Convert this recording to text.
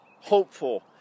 hopeful